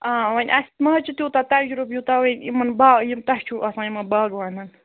آ وَنہِ آسہِ ما چھِ تیوٗتاہ تجرُب یوٗتاہ وۄنۍ یِمن با یِم توہہِ چھُو آسان یِمن باغوانن